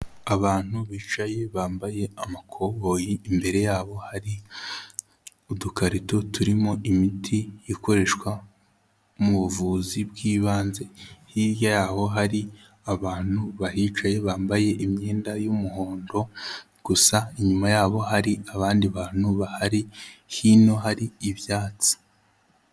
Abantu bicaye bambaye amakoboyi, imbere yabo hari udukarito turimo imiti ikoreshwa mu buvuzi bw'ibanze. Hirya yaho hari abantu bahicaye bambaye imyenda y'umuhondo, gusa inyuma yabo hari abandi bantu bahari. Hino hari ibyatsi.